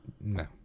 no